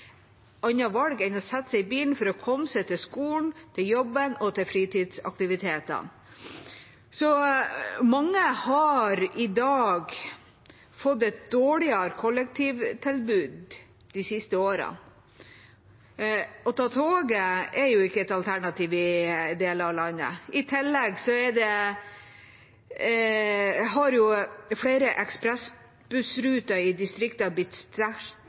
enn å sette seg i bilen for å komme seg til skolen, til jobben og til fritidsaktiviteter. Mange har fått et dårligere kollektivtilbud de siste årene. Å ta toget er jo ikke et alternativ i deler av landet. I tillegg har flere ekspressbussruter i distriktene blitt sterkt redusert eller lagt ned. Det hørte vi ganske nylig en stor debatt om. Så langt har